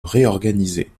réorganiser